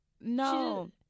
No